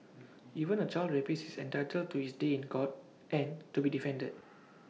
even A child rapist is entitled to his day in court and to be defended